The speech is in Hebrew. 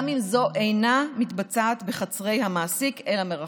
גם אם זו אינה מתבצעת בחצרי המעסיק אלא מרחוק.